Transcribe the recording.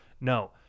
no